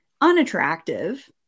unattractive